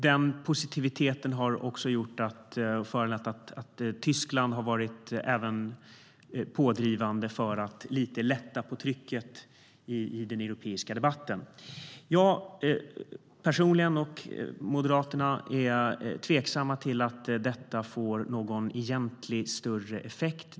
Den positiviteten har också föranlett att Tyskland har varit pådrivande för att lätta lite på trycket i den europeiska debatten. Jag personligen och Moderaterna är tveksamma till att detta får någon egentlig, större effekt.